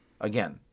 Again